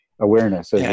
awareness